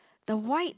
the white